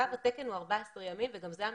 תו התקן הוא 14 ימים וגם זה הממוצע.